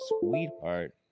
sweetheart